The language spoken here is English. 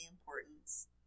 importance